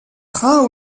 trains